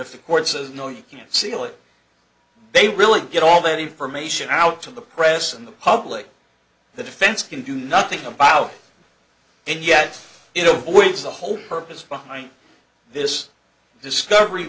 if the court says no you can't seal it they really get all that information out to the press and the public the defense can do nothing about and yet you know always the whole purpose behind this discovery